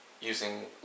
using